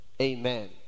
Amen